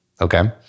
Okay